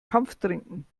kampftrinken